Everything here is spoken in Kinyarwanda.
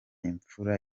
imfura